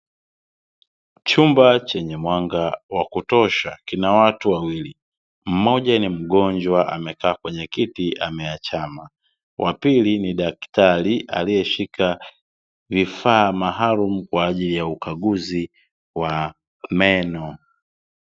Chumba chenye mwanga wa kutosha kina watu wawili, mmoja ni mgonjwa amekaa kwenye kiti ameachama, wapili ni daktari aliyeshika vifaa maalumu kwa ajili ya ukaguzi wa meno.